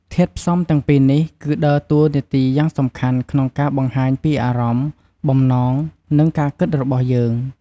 ធាតុផ្សំទាំងពីរនេះគឺដើរតួនាទីយ៉ាងសំខាន់ក្នុងការបង្ហាញពីអារម្មណ៍ បំណង និងការគិតរបស់យើង។